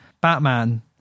Batman